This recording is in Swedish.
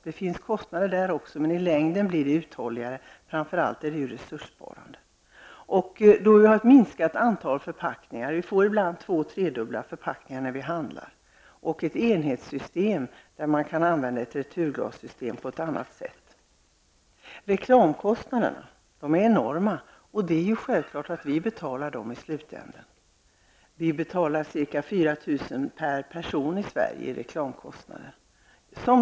Visserligen för också dessa med sig kostnader, men i längden blir det ett uthålligare system, och framför allt är det resurssparande. Vi får alltså ett minskat antal förpackningar -- ibland är varor som vi köper två eller tredubbelt förpackade -- och ett enhetssystem där returglas kan användas på ett helt annat sätt. Reklamkostnaderna är enorma, och dessa får självklart konsumenterna betala i slutändan. I Sverige rör det sig om ca 4 000 kr.